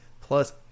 Plus